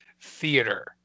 theater